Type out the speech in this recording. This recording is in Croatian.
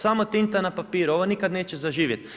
Samo tinta na papiru, ovo nikada neće zaživjeti.